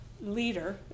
leader